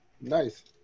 Nice